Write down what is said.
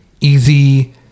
easy